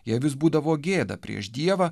jai vis būdavo gėda prieš dievą